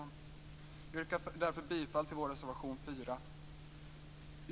Jag yrkar bifall till vår reservation 4.